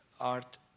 art